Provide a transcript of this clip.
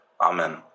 Amen